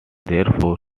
therefore